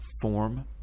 form